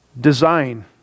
design